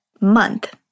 month